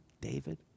David